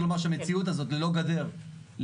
לומר הוא שבסוף המציאות הזאת ללא גדר --- רגע,